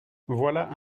voilà